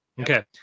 Okay